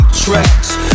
tracks